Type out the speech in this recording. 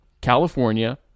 California